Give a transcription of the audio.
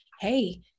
Hey